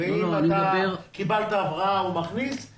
ואם קיבלת דמי הבראה הוא מכניס את זה,